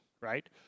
right